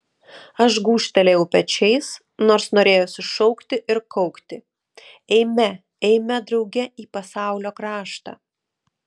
aš gūžtelėjau pečiais nors norėjosi šaukti ir kaukti eime eime drauge į pasaulio kraštą